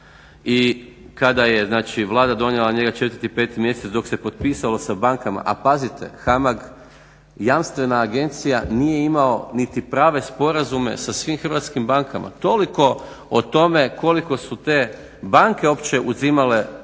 i kada je znači Vlada donijela njega četvrti i peti mjesec dok se potpisalo sa bankama a pazite HAMAG jamstvena agencija nije imala niti prave sporazume sa svim hrvatskim bankama. Toliko o tome koliko su te banke opće uzimale alat